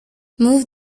move